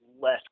less